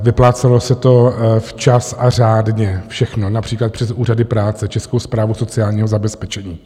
Vyplácelo se to včas a řádně všechno například přes úřady práce, Českou správu sociálního zabezpečení.